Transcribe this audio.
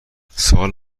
سال